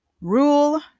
rule